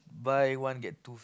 buy one get two